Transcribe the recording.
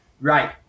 Right